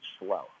slow